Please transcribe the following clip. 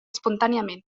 espontàniament